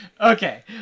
Okay